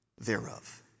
thereof